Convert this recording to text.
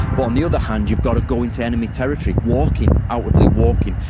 but on the other hand, you've got to go into enemy territory walking, outwardly walking,